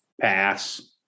Pass